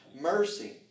Mercy